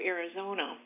Arizona